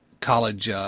college –